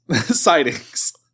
sightings